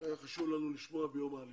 היה חשוב לנו לשמוע ביום העלייה.